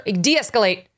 de-escalate